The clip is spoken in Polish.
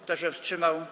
Kto się wstrzymał?